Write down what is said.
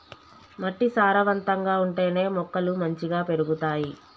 మట్టి సారవంతంగా ఉంటేనే మొక్కలు మంచిగ పెరుగుతాయి